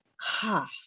Ha